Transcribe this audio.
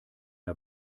der